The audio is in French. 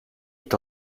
est